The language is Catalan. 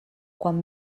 quan